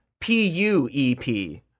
P-U-E-P